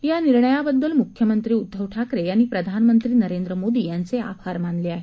या निर्णयाबद्दल म्ख्यमंत्री उद्धव ठाकरे यांनी प्रधानमंत्री नरेंद्र मोदी यांचे आभार मानले आहेत